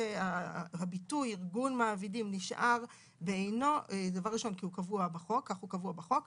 הביטוי ארגון מעבידים נשאר בעינו - דבר ראשון כי כך הוא קבוע בחוק.